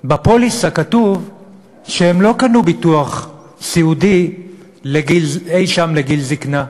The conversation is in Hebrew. בפוליסה כתוב שהם לא קנו ביטוח סיעודי אי-שם לגיל זיקנה,